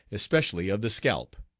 especially of the scalp.